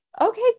Okay